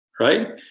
right